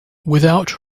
without